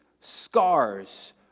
scars